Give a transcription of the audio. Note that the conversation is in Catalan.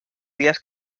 dies